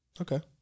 Okay